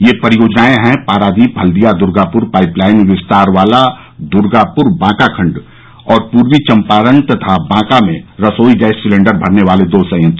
ये परियोजनाएं हैं पारादीप हल्दिया दुर्गापुर पाइपलाइन विस्तार वाला द्र्गाप्र बांका खंड और पूर्वी चंपारण तथा बांका में रसोई गैस सिलेंडर भरने वाले दो संयंत्र